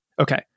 Okay